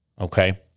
okay